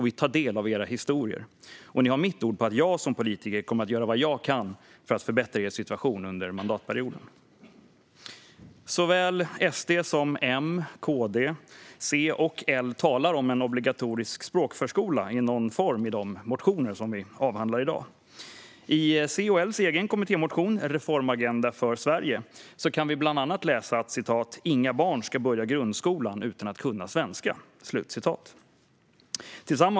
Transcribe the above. Vi tar del av era historier. Och ni har mitt ord på att jag som politiker kommer att göra vad jag kan under mandatperioden för att förbättra er situation. Såväl SD som M, KD, C och L talar om en obligatorisk språkförskola i någon form i de motioner vi avhandlar i dag. I motionen Reformagenda för Sverige från bland andra C och L kan man till exempel läsa att "inga barn ska börja grundskolan utan att kunna svenska".